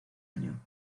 año